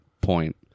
point